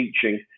teaching